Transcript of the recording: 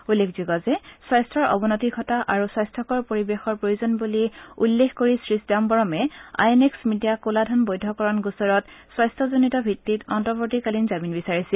উল্লেখযোগ্য যে স্বাস্থৰ অৱনতি ঘটা আৰু স্বাস্থকৰ পৰিৱেশৰ প্ৰয়োজন বুলি উল্লেখ কৰি শ্ৰীচিদাম্বৰমে আই এন এক্স মিডিয়া কলা ধন বৈধ কৰণ গোচৰত স্বাস্থজনিত ভিত্তিত অন্তবৰ্তীকালীন জামিন বিচাৰিছিল